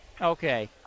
Okay